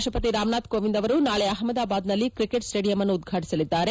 ರಾಷ್ಟಪತಿ ರಾಮನಾಥ್ ಕೋವಿಂದ್ ಅವರು ನಾಳೆ ಅಹಮದಾಬಾದ್ನಲ್ಲಿ ಕ್ರಿಕೆಟ್ ಸ್ವೇಡಿಯಂ ಅನ್ನು ಉದ್ವಾಟಿಸಲಿದ್ದಾರೆ